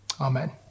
Amen